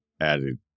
added